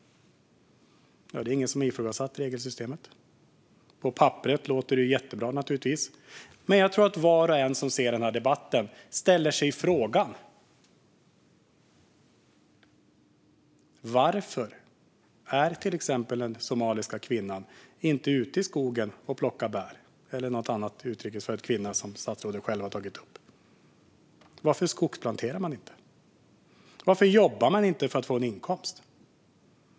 Det är ingen som har ifrågasatt regelsystemet. På papperet låter det naturligtvis jättebra. Jag tror dock att var och en som ser den här debatten frågar sig: Varför är till exempel den här somaliska kvinnan, eller någon annan utrikes född kvinna som statsrådet själv har tagit upp, inte ute i skogen och plockar bär? Varför skogsplanterar man inte? Varför jobbar man inte för att få en inkomst?